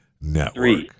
Network